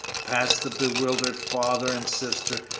past the bewildered father and sister,